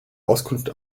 auskunft